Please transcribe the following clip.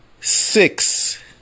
six